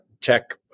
tech